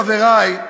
חברי,